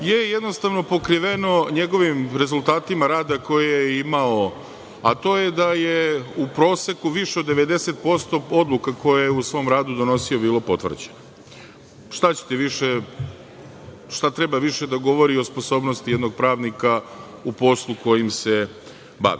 je jednostavno pokriveno njegovim rezultatima rada koje je imao, a to je da je u proseku više od 90% odluka koje je u svom radu donosio bilo potvrđeno. Šta ćete više, šta treba više da govori o sposobnosti jednog pravnika u poslu kojim se